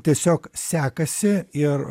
tiesiog sekasi ir